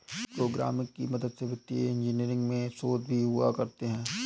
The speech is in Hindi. प्रोग्रामिंग की मदद से वित्तीय इन्जीनियरिंग में शोध भी हुआ करते हैं